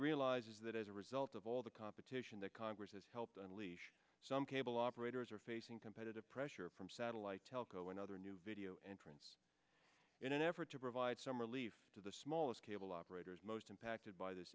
realizes that as a result of all the competition that congress has helped unleash some cable operators are facing competitive pressure from satellite telco another new video entrance in an effort to provide some relief to the smallest cable operators most impacted by this